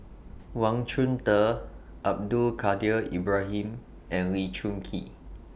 Wang Chunde Abdul Kadir Ibrahim and Lee Choon Kee